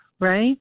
right